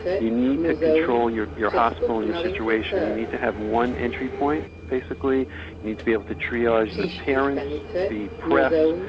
you need to control your your hospital and your situation. you need to have one entry point basically. you need to be able to triage the parents, the press,